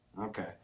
Okay